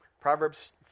Proverbs